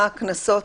מה הקנסות,